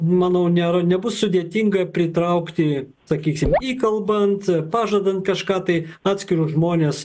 manau nėra nebus sudėtinga pritraukti sakysim įkalbant pažadant kažką tai atskirus žmones